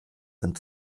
von